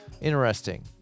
interesting